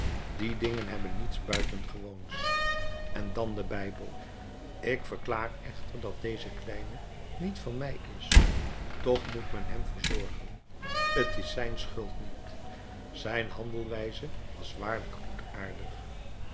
die dingen hebben niets buitengewoons en dan de bijbel ik verklaar echter dat deze kleine niet van mij is toch moet men hem verzorgen t is zijn schuld niet zijn handelwijze was waarlijk